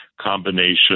combination